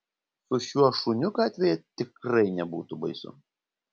su šiuo šuniu gatvėje tikrai nebūtų baisu